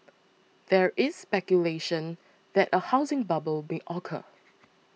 there is speculation that a housing bubble may occur